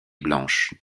blanches